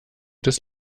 des